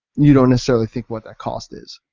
you don't necessarily think what the cost is.